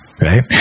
right